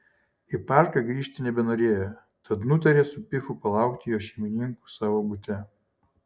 į parką grįžti nebenorėjo tad nutarė su pifu palaukti jo šeimininkų savo bute